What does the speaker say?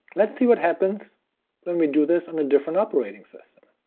let's see what happens when we do this on a different operating system.